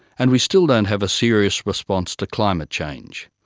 and we still don't have a serious response to climate change.